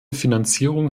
finanzierung